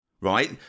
right